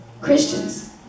Christians